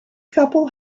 couple